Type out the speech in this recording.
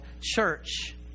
church